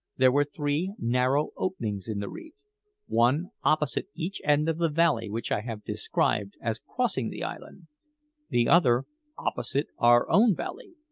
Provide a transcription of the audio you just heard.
there were three narrow openings in the reef one opposite each end of the valley which i have described as crossing the island the other opposite our own valley,